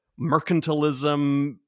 mercantilism